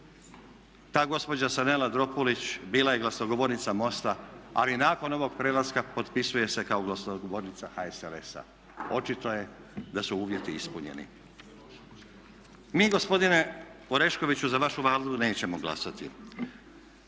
Ta gospođa Sanela Dropulić bila je glasnogovornica MOST-a ali nakon ovog prelaska potpisuje se kao glasnogovornica HSLS-a, očito je da su uvjeti ispunjeni. Mi gospodine Oreškoviću za vašu Vladu nećemo glasati.